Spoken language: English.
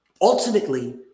ultimately